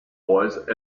voice